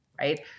right